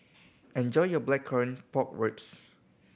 enjoy your Blackcurrant Pork Ribs